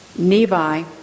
Nevi